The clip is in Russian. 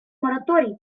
мораторий